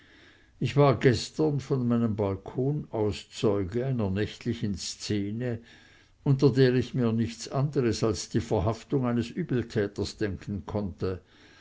ich war gestern von meinem balkon aus zeuge einer nächtlichen szene unter der ich mir nichts anderes als die verhaftung eines übeltäters denken konnte